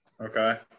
Okay